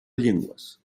llengües